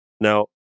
Now